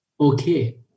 okay